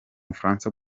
bufaransa